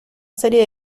serie